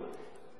תודה.